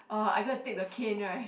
uh I go and take the cane right